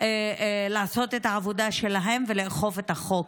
שיעשו את העבודה שלהן, לאכוף את החוק.